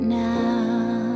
now